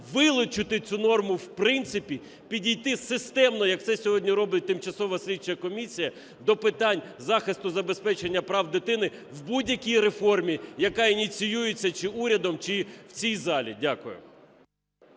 вилучити цю норму в принципі, підійти системно, як це сьогодні робить тимчасова слідча комісія, до питань захисту забезпечення прав дитини в будь-якій реформі, яка ініціюється чи урядом, чи в цій залі. Дякую.